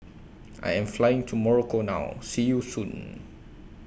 I Am Flying to Morocco now See YOU Soon